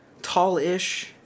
tall-ish